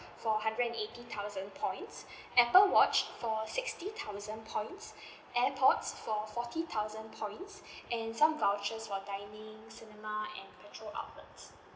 for hundred and eighty thousand points apple watch for sixty thousand points airpods for forty thousand points and some vouchers for dining cinema and petrol outlets